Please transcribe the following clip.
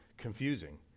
confusing